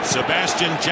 Sebastian